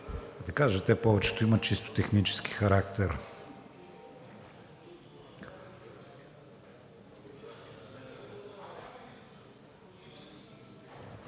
Да кажа, те повечето имат чисто технически характер.